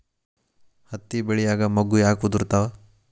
ಹತ್ತಿ ಬೆಳಿಯಾಗ ಮೊಗ್ಗು ಯಾಕ್ ಉದುರುತಾವ್?